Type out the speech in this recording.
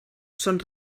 són